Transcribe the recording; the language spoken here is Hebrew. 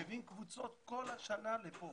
מביאים קבוצות כל השנה לפה,